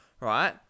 right